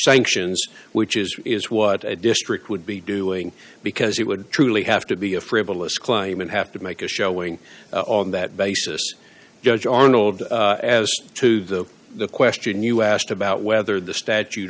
sanctions which is is what a district would be doing because it would truly have to be a frivolous claim and have to make a showing on that basis judge arnold as to the the question you asked about whether the statute